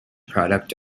product